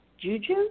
juju